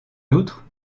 outre